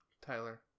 Tyler